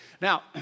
Now